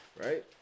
right